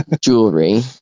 jewelry